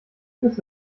führst